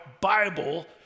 Bible